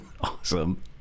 Awesome